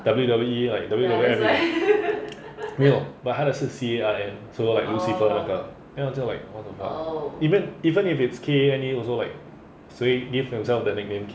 we like don't know where leh no but 他的是 cain so like lucifer 那个 then 我就 like what the fuck even even if it's kane also like 谁 give yourself that nickname